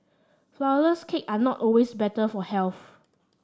flour less cakes are not always better for health